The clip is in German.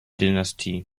dynastie